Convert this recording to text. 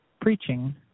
preaching